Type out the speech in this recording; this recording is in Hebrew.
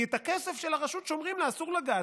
כי את הכסף של הרשות שומרים לה, אסור לגעת.